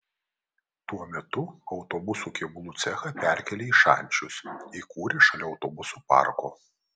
tuo metu autobusų kėbulų cechą perkėlė į šančius įkūrė šalia autobusų parko